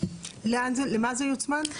למה זה יוצמד?